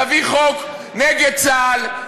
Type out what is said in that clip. תביא חוק נגד צה"ל,